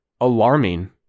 alarming